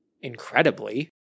incredibly